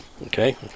Okay